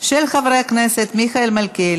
הודעה לסגן מזכירת